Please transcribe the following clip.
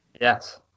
Yes